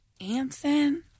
Anson